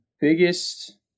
biggest